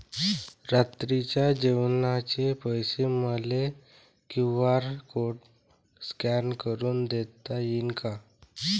रात्रीच्या जेवणाचे पैसे मले क्यू.आर कोड स्कॅन करून देता येईन का?